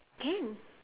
can